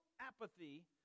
apathy